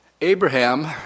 Abraham